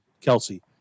Kelsey